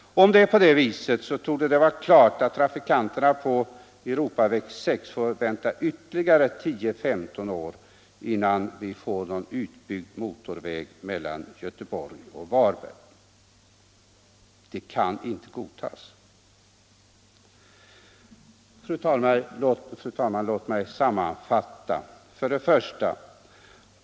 Om det är så, torde det vara klart att trafikanterna på Europaväg 6 får vänta ytterligare 10-15 år innan de får en utbyggd motorväg mellan Göteborg och Varberg. Det kan inte godtas. Fru talman! Låt mig sammanfatta: 1.